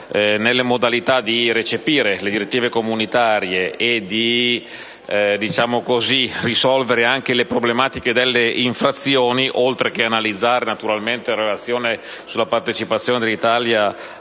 nelle modalità di recepire le direttive comunitarie e di risolvere anche le problematiche delle infrazioni, oltre all'analisi della relazione sulla partecipazione dell'Italia al